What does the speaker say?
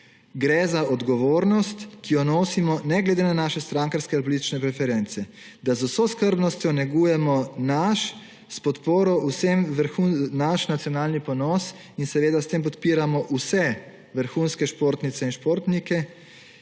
Gre za odgovornost, ki jo nosimo ne glede na naše strankarske ali politične preference, da z vso skrbnostjo negujemo naš nacionalni ponos in seveda s tem podpiramo vse vrhunske športnice in športnike.